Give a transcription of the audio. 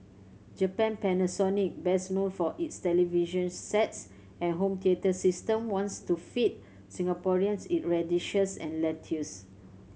Japan Panasonic best known for its television sets and home theatre system wants to feed Singaporeans its radishes and lettuce